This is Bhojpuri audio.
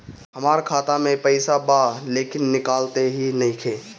हमार खाता मे पईसा बा लेकिन निकालते ही नईखे?